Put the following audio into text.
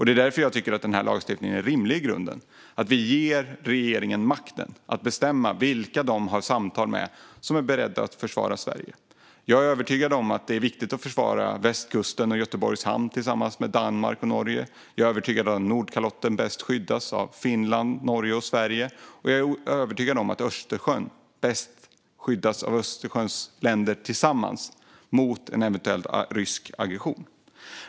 Det är därför jag tycker att lagstiftningen i grunden är rimlig. Vi ger regeringen makten att bestämma vilka de har samtal med som är beredda att försvara Sverige. Jag är övertygad om att det är viktigt att försvara västkusten och Göteborgs hamn tillsammans med Danmark och Norge. Jag är övertygad om att Nordkalotten bäst skyddas av Finland, Norge och Sverige. Och jag är övertygad om att Östersjön bäst skyddas av Östersjöns länder tillsammans mot en eventuell rysk aggression.